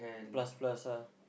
plus plus ah